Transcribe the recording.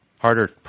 Harder